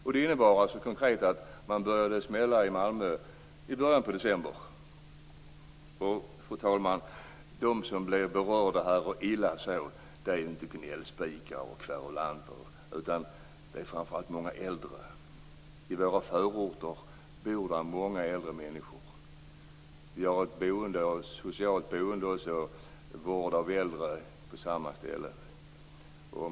Detta innebär att man i Malmö började smälla i början av december. De berörda, och illa så, är inte några gnällspikar eller kverulanter. Det är framför allt många äldre. I våra städers förorter bor många äldre. Vi har ett socialt boende med vård av äldre på samma ställe.